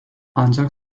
ancak